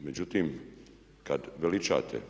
Međutim, kad veličate